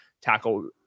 tackle